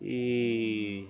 ಈ